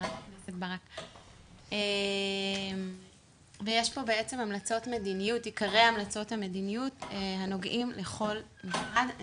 יש פה בעצם עיקרי המלצות המדיניות הנוגעים לכל משרד.